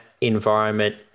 environment